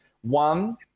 One